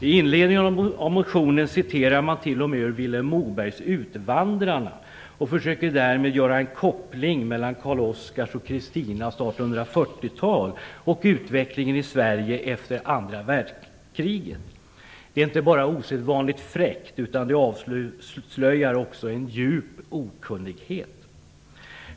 I inledningen av motionen citerar man t.o.m. ur Vilhelm Mobergs Utvandrarna och försöker därmed göra en koppling mellan Karl-Oskars och Kristinas 1840-tal och utvecklingen i Sverige efter andra världskriget. Det är inte bara osedvanligt fräckt, utan det avslöjar också en djup okunnighet.